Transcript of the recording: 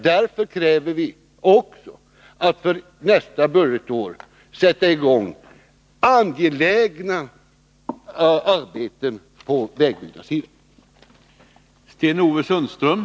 Därför kräver vi också att för nästa budgetår få sätta i gång angelägna arbeten på vägbyggnadssidan.